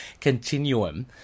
continuum